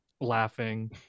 laughing